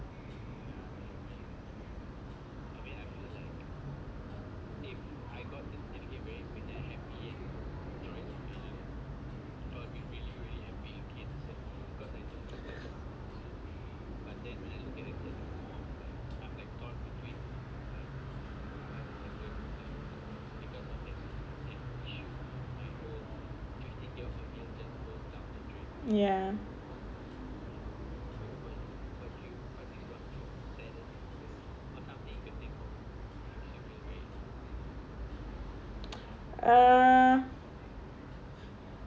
ya uh